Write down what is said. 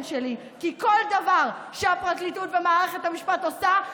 שלי כי כל דבר שהפרקליטות ומערכת המשפט עושה,